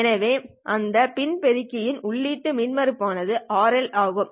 எனவே அந்த பின் பெருக்கியின் உள்ளீட்டு மின்மறுப்பு ஆனது RL ஆகும்